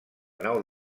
nau